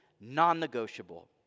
non-negotiable